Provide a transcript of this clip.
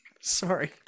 sorry